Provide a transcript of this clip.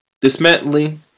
Dismantling